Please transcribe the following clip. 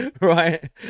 right